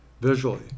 visually